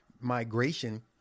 migration